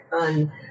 on